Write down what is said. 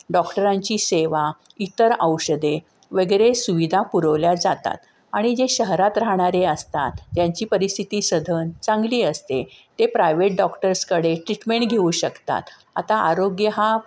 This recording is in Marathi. डॉक्टरांची सेवा इतर औषधे वगैरे सुविधा पुरवल्या जातात आणि जे शहरात राहणारे असतात त्यांची परिस्थिती सधन चांगली असते ते प्रायवेट डॉक्टर्सकडे ट्रीटमेंट घेऊ शकतात आता आरोग्य हा